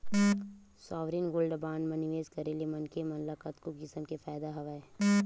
sovereign gold bond म निवेस करे ले मनखे मन ल कतको किसम के फायदा हवय